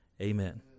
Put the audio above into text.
Amen